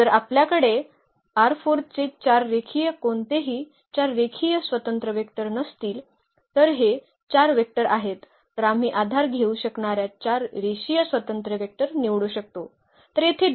तर जर आपल्याकडे चे 4 रेखीय कोणतेही 4 रेखीय स्वतंत्र वेक्टर नसतील तर हे 4 वेक्टर आहेत तर आम्ही आधार घेऊ शकणार्या 4 रेषीय स्वतंत्र वेक्टर निवडू शकतो